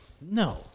No